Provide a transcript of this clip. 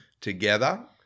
together